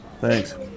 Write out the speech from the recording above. Thanks